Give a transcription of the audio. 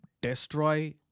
destroy